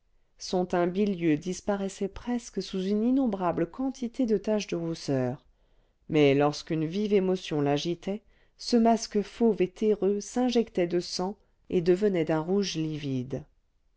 son teint bilieux disparaissait presque sous une innombrable quantité de taches de rousseur mais lorsqu'une vive émotion l'agitait ce masque fauve et terreux s'injectait de sang et devenait d'un rouge livide